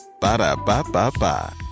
Ba-da-ba-ba-ba